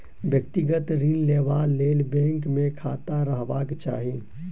व्यक्तिगत ऋण लेबा लेल बैंक मे खाता रहबाक चाही